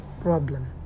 problem